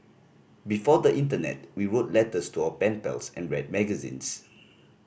before the internet we wrote letters to our pen pals and read magazines